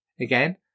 Again